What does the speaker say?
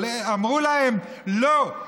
אבל אמרו להם: לא,